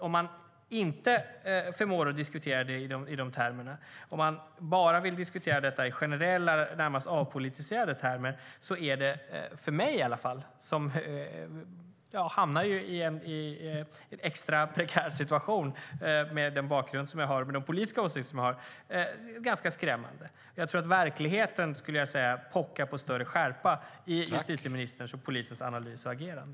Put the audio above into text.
Om man inte förmår att diskutera det i de termerna och om man bara vill diskutera detta i generella, närmast avpolitiserade, termer hamnar man i en extra prekär situation. Så är det för mig i alla fall, med den bakgrund som jag har och med de politiska åsikter som jag har. Det är ganska skrämmande. Jag tror att verkligheten pockar på större skärpa i justitieministerns och polisens analys och agerande.